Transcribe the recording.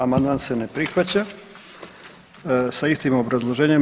Amandman se ne prihvaća sa istim obrazloženjem.